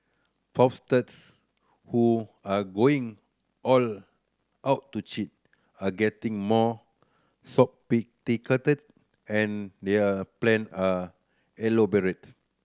fraudsters who are going all out to cheat are getting more sophisticated and their plan are elaborate